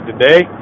today